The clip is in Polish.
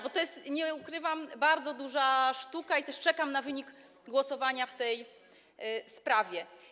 Bo to jest, nie ukrywam, bardzo duża sztuka i też czekam na wynik głosowania w tej sprawie.